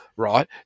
right